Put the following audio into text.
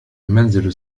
المنزل